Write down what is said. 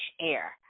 air